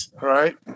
Right